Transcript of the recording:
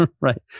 Right